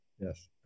Yes